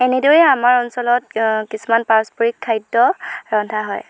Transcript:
এনেদৰেই আমাৰ অঞ্চলত কিছুমান পাৰস্পৰিক খাদ্য ৰন্ধা হয়